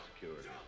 security